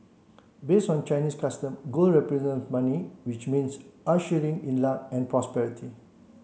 based on Chinese customs gold represents money which means ushering in luck and prosperity